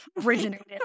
originated